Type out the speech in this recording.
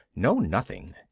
no nothing.